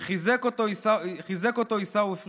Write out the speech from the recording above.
וחיזק אותו עיסאווי פריג':